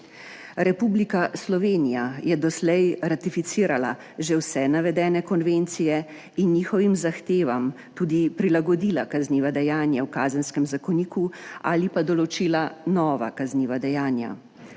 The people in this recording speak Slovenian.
Republika Slovenija je doslej ratificirala že vse navedene konvencije in njihovim zahtevam tudi prilagodila kazniva dejanja v Kazenskem zakoniku ali pa določila nova kazniva dejanja,